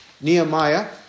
Nehemiah